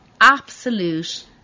Absolute